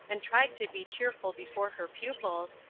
and tried to be cheerful before her pupils,